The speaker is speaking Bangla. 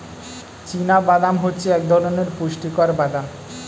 চীনা বাদাম হচ্ছে এক ধরণের পুষ্টিকর বাদাম